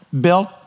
built